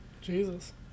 Jesus